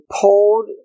pulled